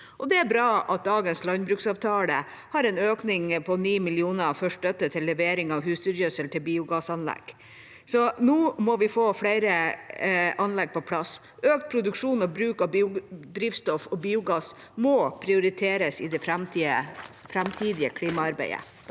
Det bra at dagens landbruksavtale har en økning på 9 mill. kr for støtte til levering av husdyrgjødsel til biogassanlegg. Nå må vi få flere anlegg på plass. Økt produksjon og bruk av biodrivstoff og biogass må prioriteres i det framtidige klimaarbeidet.